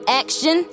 action